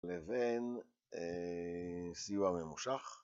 ‫לבין סיוע ממושך.